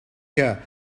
que